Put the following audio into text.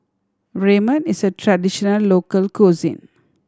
ramen is a traditional local cuisine